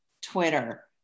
twitter